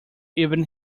even